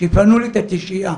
שיפנו לי את השהייה.